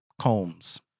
Combs